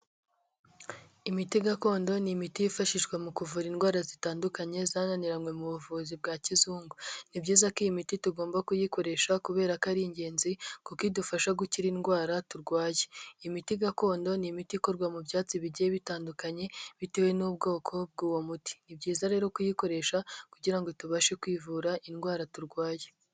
Imiti gakondo ni imiti yifashishwa mu kuvura indwara zitandukanye zananiranywe mu buvuzi bwa kizungu. Ni byiza ko iyi miti tugomba kuyikoresha, kubera ko ari ingenzi kuko idufasha gukira indwara turwaye. Imiti gakondo ni imiti ikorwa mu byatsi bigiye bitandukanye bitewe n'ubwoko bw'uwo muti. Ni byiza rero kuyikoresha kugira ngo tubashe kwivura indwara turwaye.